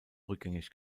rückgängig